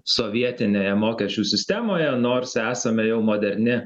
sovietinėje mokesčių sistemoje nors esame jau moderni